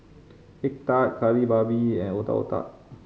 egg tart Kari Babi and Otak Otak